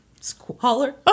squalor